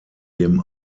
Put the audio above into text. dem